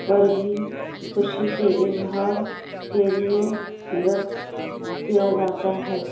پر بھی خوشی کے اظہار کے لیے رقص کیا جاتا ہے